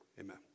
amen